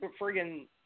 friggin